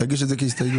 תגיש את זה כהסתייגות.